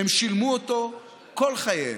הם שילמו אותו כל חייהם.